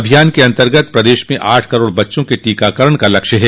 अभियान के अन्तर्गत प्रदेश में आठ करोड़ बच्चों के टीकाकरण का लक्ष्य है